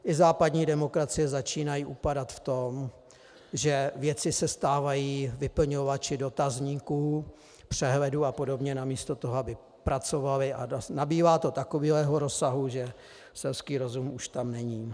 I západní demokracie začínají upadat v tom, že se vědci stávají vyplňovači dotazníků, přehledů apod. namísto toho, aby pracovali, a nabývá to takového rozsahu, že selský rozum už tam není.